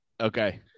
Okay